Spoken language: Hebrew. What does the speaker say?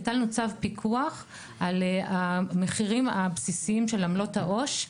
הטלנו צו פיקוח על המחירים הבסיסיים של עמלות העו"ש.